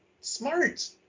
smart